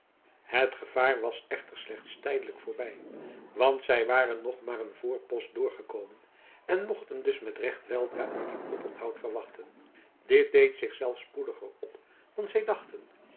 het gevaar was echter slechts tijdelijk voorbij want zij waren nog maar een voorpost doorgekomen en mochten dus met recht weldra een nieuw oponthoud verwachten dit deed zich zelfs spoediger op dan zij